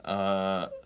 uh